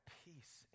peace